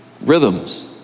Rhythms